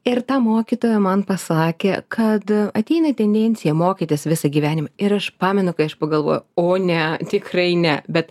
ir ta mokytoja man pasakė kad ateina tendencija mokytis visą gyvenimą ir aš pamenu kai aš pagalvojau o ne tikrai ne bet